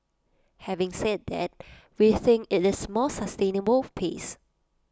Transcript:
having said that we think IT is A more sustainable pace